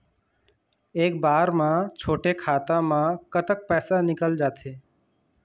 एक बार म छोटे खाता म कतक पैसा निकल जाथे?